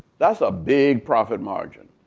that's a big profit margin.